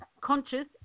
conscious